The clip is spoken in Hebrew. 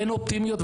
אין אופטימיות,